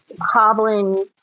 hobbling